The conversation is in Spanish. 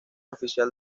oficial